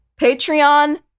Patreon